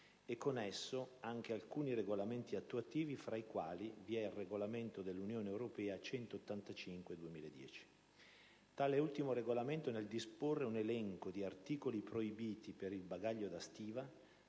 e con esso anche alcuni regolamenti attuativi, fra i quali vi è il regolamento dell'Unione europea n. 185 del 2010 . Tale ultimo regolamento, nel disporre un elenco di articoli proibiti per il bagaglio da stiva